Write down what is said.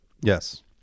Yes